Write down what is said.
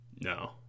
No